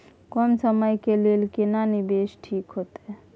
कम समय के लेल केना निवेश ठीक होते?